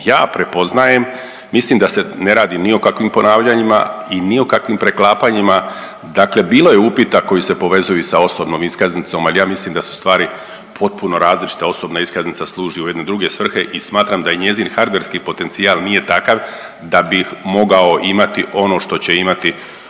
ja prepoznajem mislim da se ne radi ni o kakvim ponavljanjima i ni o kakvim preklapanjima, dakle bilo je upita koji su povezuju i sa osobnom iskaznicom, al ja mislim da su stvari potpuno različite, osobna iskaznica služi u jedne druge svrhe i smatram da njezin i hardverski potencijal nije takav da bi mogao imati ono što će imati